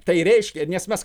tai reiškia nes mes